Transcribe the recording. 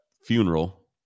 funeral